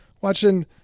watching